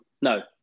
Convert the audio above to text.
No